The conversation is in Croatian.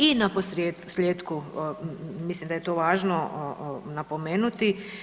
I naposljetku mislim da je to važno napomenuti.